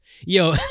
Yo